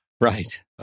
Right